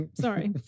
sorry